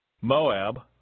Moab